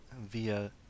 via